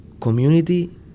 community